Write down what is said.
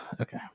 Okay